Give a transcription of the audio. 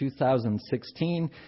2016